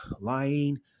lying